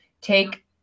take